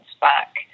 back